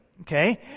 okay